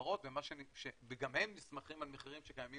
החברות וגם הם נסמכים על מחירים שקיימים